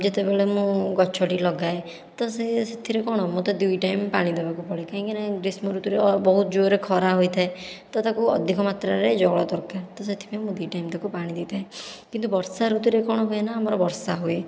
ଯେତେବେଳେ ମୁଁ ଗଛଟି ଲଗାଏ ତ ସେହି ସେଥିରେ କଣ ମୋତେ ଦୁଇ ଟାଇମ ପାଣି ଦେବାକୁ ପଡ଼େ କାହିଁକିନା ଗ୍ରୀଷ୍ମ ଋତୁରେ ବହୁତ ଜୋରେ ଖରା ହୋଇଥାଏ ତ ତାକୁ ଅଧିକ ମାତ୍ରାରେ ଜଳ ଦରକାର ତ ସେଥିପାଇଁ ମୁଁ ଦୁଇ ଟାଇମ ତାକୁ ପାଣି ଦେଇଥାଏ କିନ୍ତୁ ବର୍ଷା ଋତୁରେ କଣ ହୁଏ ନା ଆମର ବର୍ଷା ହୁଏ